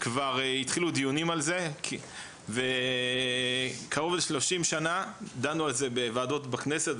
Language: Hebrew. כבר התחילו דיונים על זה וקרוב ל-30 שנה דנו על זה בוועדות בכנסת,